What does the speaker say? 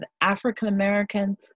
African-American